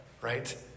right